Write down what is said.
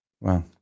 Wow